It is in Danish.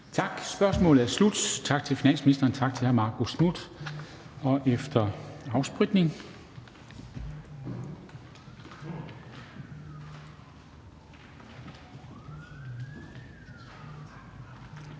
Spørgsmålet er afsluttet. Tak til finansministeren, og tak til hr. Marcus Knuth. Efter afspritning